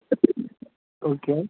okay